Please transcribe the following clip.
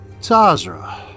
Tazra